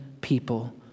people